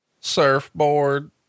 Surfboard